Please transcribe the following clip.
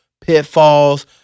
pitfalls